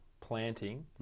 planting